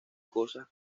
cosas